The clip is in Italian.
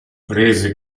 prese